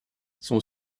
son